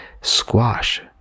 squash